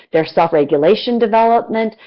their self-regulation development,